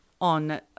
on